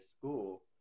school